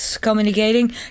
communicating